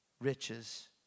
riches